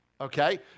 okay